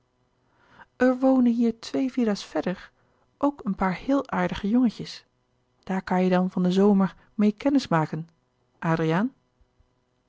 er wonen hier twee villa's verder ook een paar heel aardige jongentjes daar kan je dan van den zomer meê kennis maken adriaan